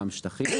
גם שטחים,